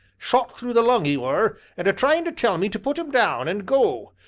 shot through the lung he were, and a-trying to tell me to put him down and go,